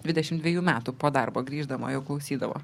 dvidešimt dvejų metų po darbo grįždama jo klausydavo